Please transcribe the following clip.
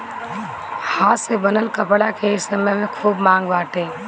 हाथे से बनल कपड़ा के ए समय में खूब मांग बाटे